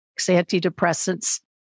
antidepressants